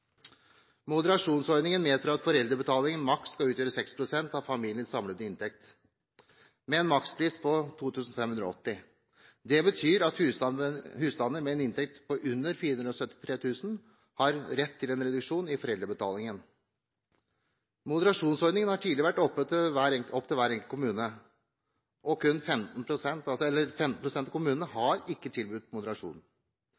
Moderasjonsordningen medfører at foreldrebetalingen maks skal utgjøre 6 pst. av familiens samlede inntekt, med en makspris på 2 580 kr. Dette betyr at husstander med en inntekt på under 473 000 kr har rett til en reduksjon i foreldrebetalingen. Moderasjonsordningen har tidligere vært opp til hver enkelt kommune, og 15 pst. av kommunene